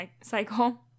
cycle